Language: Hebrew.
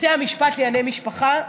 בתי המשפט לענייני משפחה,